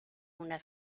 una